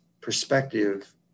perspective